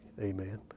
Amen